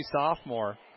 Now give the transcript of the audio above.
sophomore